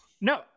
No